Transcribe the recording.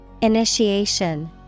Initiation